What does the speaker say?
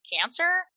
cancer